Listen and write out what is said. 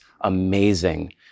amazing